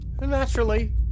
Naturally